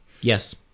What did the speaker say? Yes